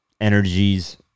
energies